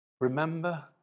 Remember